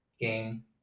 game